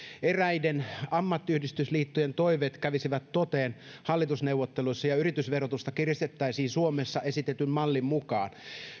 eräiden ammattiyhdistysliittojen toiveet kävisivät toteen hallitusneuvotteluissa ja yritysverotusta kiristettäisiin suomessa esitetyn mallin mukaan